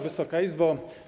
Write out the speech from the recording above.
Wysoka Izbo!